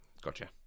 Gotcha